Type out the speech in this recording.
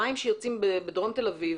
המים שיוצאים בדרם תל אביב,